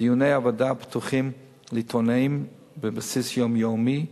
דיוני הוועדה פתוחים לעיתונאים על בסיס יומיומי,